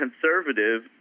conservative